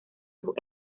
sus